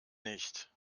nicht